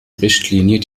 richtlinie